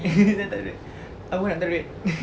tak ada duit nak minta duit